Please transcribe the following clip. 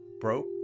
broke